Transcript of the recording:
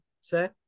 say